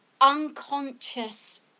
unconscious